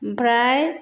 आमफ्राय